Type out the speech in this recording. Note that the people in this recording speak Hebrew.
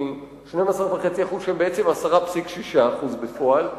מ-12.5% שהם בעצם 10.6% בפועל,